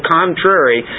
contrary